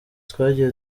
twagiye